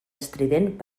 estrident